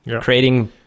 Creating